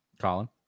Colin